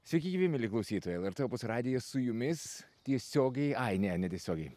sveiki gyvi mieli klausytojai lrt opus radijas su jumis tiesiogiai ai ne netiesiogiai